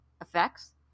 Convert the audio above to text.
effects